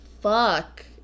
fuck